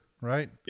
right